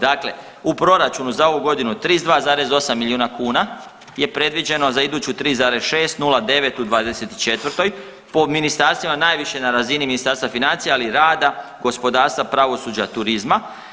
Dakle, u proračunu za ovu godinu 32,8 milijuna kuna je predviđeno, za iduću 3,6, 0,9 u '24., po ministarstvima najviše na razini Ministarstva financija, ali i rada, gospodarstva, pravosuđa, turizma.